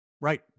Right